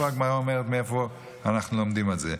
ופה הגמרא אומרת מאיפה אנחנו לומדים את זה: